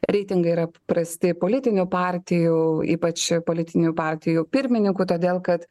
reitingai yra prasti politinių partijų ypač politinių partijų pirmininkų todėl kad